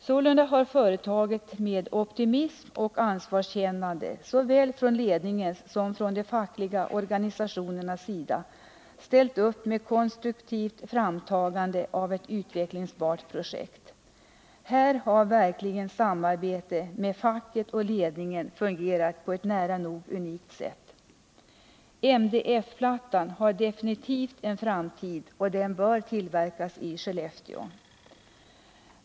Sålunda har företaget med optimism och ansvarskännande såväl från ledningens som från de fackliga organisationernas sida ställt upp med ett konstruktivt framtagande av ett utvecklingsbart projekt. Här har verkligen samarbetet mellan facket och ledningen fungerat på ett nära nog unikt sätt. MDF-plattan har definitivt en framtid, och den bör tillverkas i Skellefteå.